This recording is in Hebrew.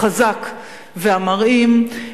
החזק והמרעים,